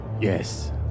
Yes